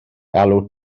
alw